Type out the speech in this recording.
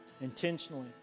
intentionally